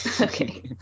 Okay